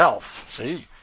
see